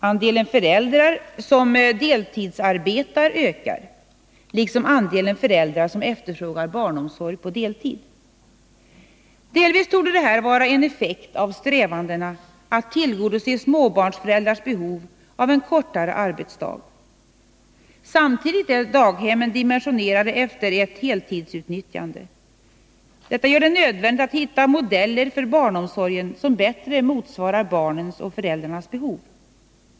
Andelen föräldrar som deltidsarbetar ökar, liksom andelen föräldrar som efterfrågar barnomsorg på deltid. Delvis torde detta vara en effekt av strävandena att tillgodose småbarnsföräldrars behov av en kortare arbetsdag. Samtidigt är daghemmen dimensionerade efter ett heltidsutnyttjande. Detta gör det nödvändigt att hitta modeller för barnomsorgen som bättre motsvarar barnens och föräldrarnas behov.